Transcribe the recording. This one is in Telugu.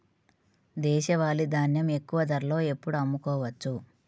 దేశవాలి ధాన్యం ఎక్కువ ధరలో ఎప్పుడు అమ్ముకోవచ్చు?